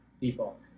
people